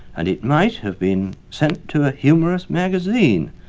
and it might have been sent to a humorous magazine.